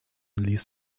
ließ